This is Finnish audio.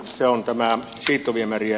se on kevään siirtoviemäriä